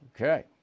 Okay